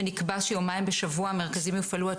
ונקבע שיומיים בשבוע המרכזיים יופעלו עד